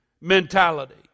mentality